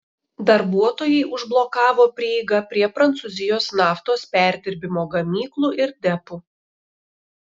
darbuotojai užblokavo prieigą prie prancūzijos naftos perdirbimo gamyklų ir depų